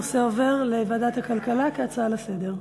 הנושא עובר לוועדת הכלכלה כהצעה לסדר-היום.